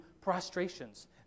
prostrations